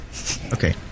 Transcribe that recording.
Okay